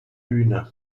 bühne